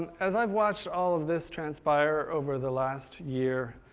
as i've watched all of this transpire over the last year,